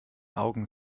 augen